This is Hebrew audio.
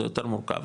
זה יותר מורכב,